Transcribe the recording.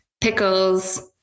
pickles